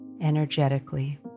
energetically